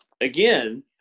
again